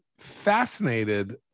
fascinated